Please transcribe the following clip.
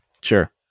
Sure